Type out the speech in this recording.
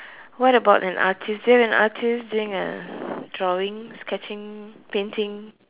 what about an artist do you have an artist doing a drawing sketching painting